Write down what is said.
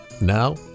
Now